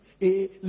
Et